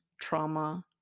trauma